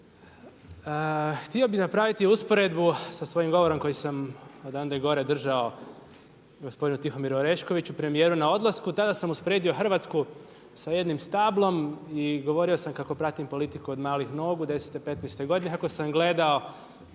Htio bi napraviti usporedbu sa svojim govorom koji sam odande gore držao gospodinu Tihomiru Oreškoviću premijeru na odlasku. Tada sam usporedio Hrvatsku sa jednim stablom i govorio sam kako pratim politiku od malih nogu, od 10, 15 godine, kako sam gledao